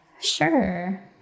Sure